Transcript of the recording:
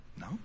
No